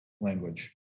language